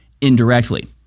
indirectly